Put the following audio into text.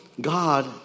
God